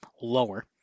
lower